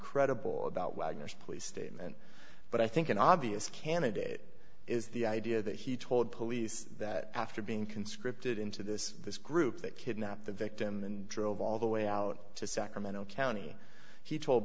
credible about wagner's police statement but i think an obvious candidate is the idea that he told police that after being conscripted into this this group that kidnapped the victim and drove all the way out to sacramento county he told